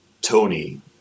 Tony